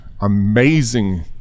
amazing